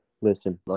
Listen